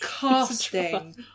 casting